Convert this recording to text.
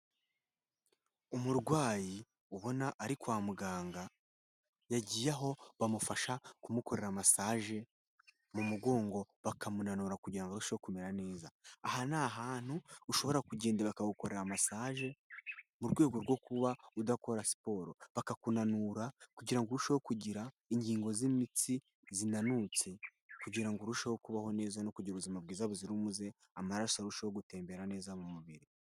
Umurwayi ubona ari kwa muganga yagiye aho bamufasha kumukorera masaje mu mugongo bakamunanura kugira ngo arusheho kumera neza. Aha ni ahantu ushobora kugenda bakagukorera masaje mu rwego rwo kuba udakora siporo bakakunanura kugira ngo urusheho kugira ingingo z'imitsi zinanutse kugira ngo urusheho kubaho neza no kugira ubuzima bwiza buzira umuze, amaraso arushaho gutembera neza mu mubiri.